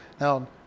Now